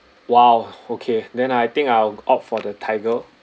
!wow! okay then I think I'll opt for the Tiger